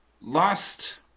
Lost